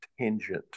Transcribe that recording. tangent